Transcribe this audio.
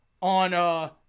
on